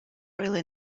really